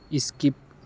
skip